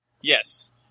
yes